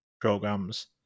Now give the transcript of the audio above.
programs